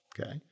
okay